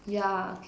yeah okay